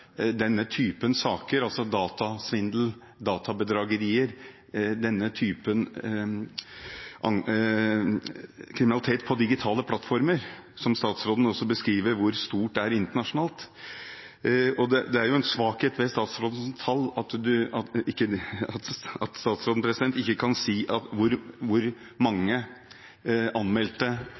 denne typen saker, datasvindel, databedragerier, den typen kriminalitet, på digitale plattformer, og statsråden beskriver også hvor utbredt det er internasjonalt – er det en svakhet ved statsrådens tall at han ikke kan si hvor mange anmeldte svindelsaker, bedragerisaker, på nett vi har i Norge, for bedragerier kan